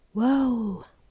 Whoa